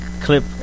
clip